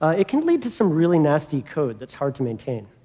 ah it can lead to some really nasty code that's hard to maintain,